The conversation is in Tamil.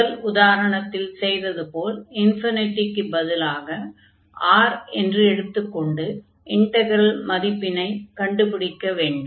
முதல் உதாரணத்தில் செய்தது போல் க்குப் பதில் R என்று எடுத்துக் கொண்டு இன்டக்ரல் மதிப்பினைக் கண்டுபிடிக்க வேண்டும்